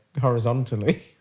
horizontally